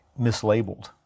mislabeled